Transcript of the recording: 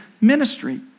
ministry